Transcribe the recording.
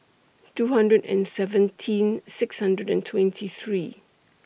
two hundred and seventeen six hundred and twenty three